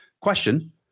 Question